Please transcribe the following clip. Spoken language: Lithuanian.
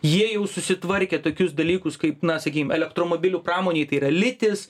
jie jau susitvarkė tokius dalykus kaip na sakykim elektromobilių pramonėj tai yra litis